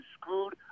screwed